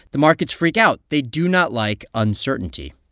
the markets freak out. they do not like uncertainty